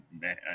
man